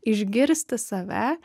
išgirsti save